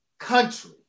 country